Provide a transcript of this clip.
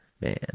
man